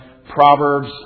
Proverbs